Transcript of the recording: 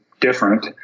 different